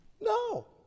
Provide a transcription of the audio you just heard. No